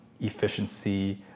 efficiency